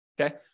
okay